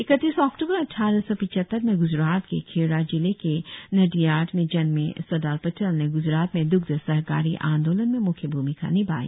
इकतीस अक्टूबर अद्वारह सौ पिचहत्तर में ग्जरात के खेडा जिले के नाडियाड में जन्मे सरदार पटेल ने ग्जरात में द्ग्ध सहकारी आंदोलन में म्ख्य भ्रमिका निभाई